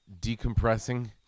decompressing